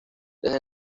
desde